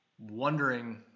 wondering